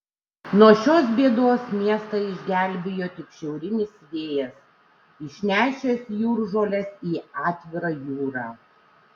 nuo šios bėdos miestą išgelbėjo tik šiaurinis vėjas išnešęs jūržoles į atvirą jūrą